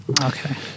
Okay